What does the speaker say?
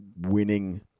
winning